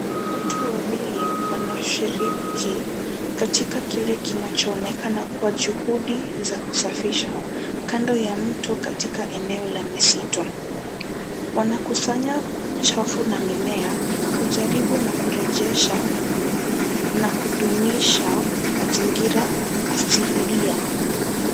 Watu wawili wanashiriki katika kile kinachoonekana kuwa juhudi za kusafisha kando ya mto katika eneo la misitu. Wanakusanya uchafu na mimea kujaribu na kurejesha na kudumisha mazingira asilia.